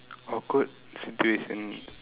awkward situation